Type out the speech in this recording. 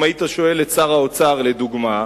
אם היית שואל את שר האוצר, לדוגמה,